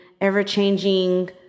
ever-changing